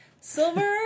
Silver